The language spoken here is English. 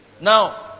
Now